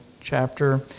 chapter